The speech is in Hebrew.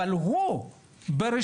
אבל הוא ברשימה,